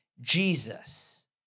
Jesus